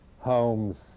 homes